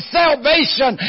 salvation